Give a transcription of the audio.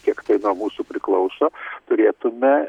kiek tai nuo mūsų priklauso turėtume